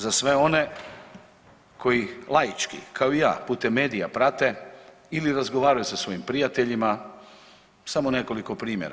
Za sve one koji laički kao i ja putem medija prate ili razgovaraju sa svojim prijateljima samo nekoliko primjera.